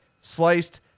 sliced